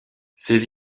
ces